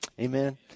Amen